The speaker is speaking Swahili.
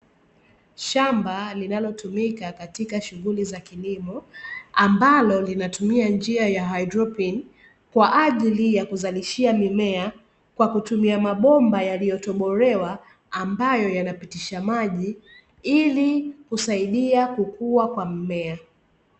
Shamba linalotumika katika shughuli za kilimo, ambalo linatumia njia ya haidroponi kwa ajili ya kuzalishia mimea kwa kutumia mabomba yaliyotobolewa, ambayo yanapitisha maji ili kusaidia kukua kwa mimea.